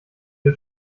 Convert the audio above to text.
wir